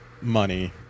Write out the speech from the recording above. money